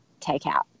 takeout